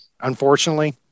unfortunately